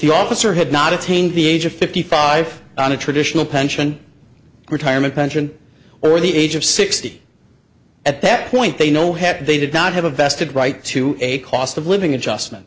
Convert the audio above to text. you officer had not attained the age of fifty five on a traditional pension retirement pension or the age of sixty at that point they know heck they did not have a vested right to a cost of living adjustment